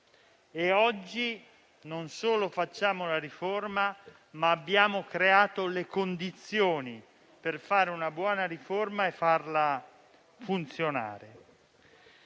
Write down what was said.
oggi non solo approviamo una riforma, ma abbiamo creato le condizioni per una buona riforma e per farla funzionare.